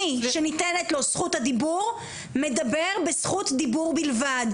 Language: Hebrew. מי שניתנת לו זכות הדיבור מדבר בזכות דיבור בלבד.